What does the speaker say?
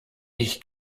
ich